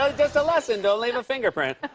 um just a lesson don't leave a fingerprint.